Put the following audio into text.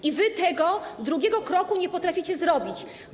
I wy tego drugiego kroku nie potraficie zrobić.